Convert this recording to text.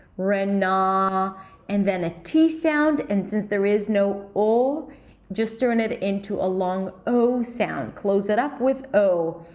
renaa um and then a t sound and since there is no o just turn it into a long ow sound. close it up with ow.